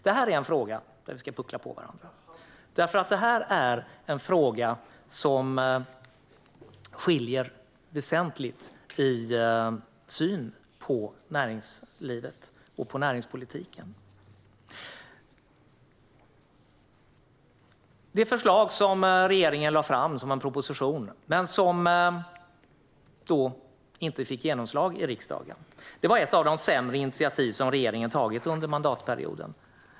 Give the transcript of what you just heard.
Det här är en fråga där det skiljer väsentligt i synen på näringslivet och på näringspolitiken. Den proposition som regeringen lade fram fick inte genomslag i riksdagen. Det var ett av de sämre initiativ som regeringen har tagit under mandatperioden.